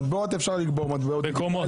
בקומות.